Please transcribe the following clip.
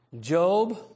Job